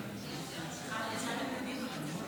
קודם כול